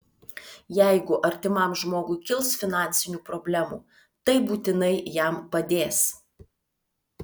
jeigu artimam žmogui kils finansinių problemų tai būtinai jam padės